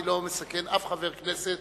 אני לא מסכן שום חבר כנסת